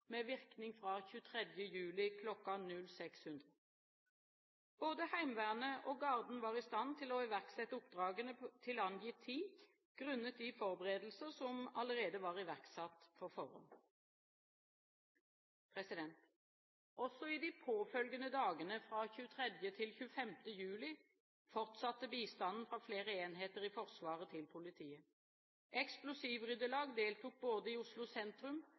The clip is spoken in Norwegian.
med virkning fra 23. juli kl. 06.00. Både Heimevernet og Garden var i stand til å iverksette oppdragene til angitt tid grunnet de forberedelser som allerede var iverksatt på forhånd. Også i de påfølgende dagene, fra 23. til 25. juli, fortsatte bistanden fra flere enheter i Forsvaret til politiet. Eksplosivryddelag deltok i Oslo sentrum,